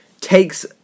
takes